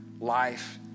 life